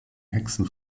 hexen